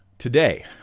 Today